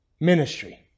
ministry